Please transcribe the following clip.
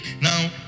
Now